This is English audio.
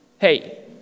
Hey